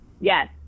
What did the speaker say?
Yes